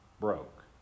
broke